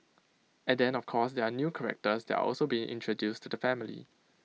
and then of course there are new characters that are also being introduced to the family